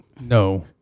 No